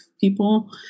people